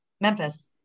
memphis